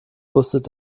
wusstet